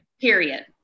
period